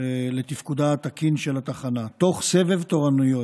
לתפקודה התקין של התחנה בסבב תורנויות.